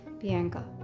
Bianca